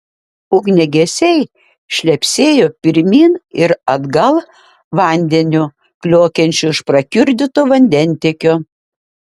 ugniagesiai šlepsėjo pirmyn ir atgal vandeniu kliokiančiu iš prakiurdyto vandentiekio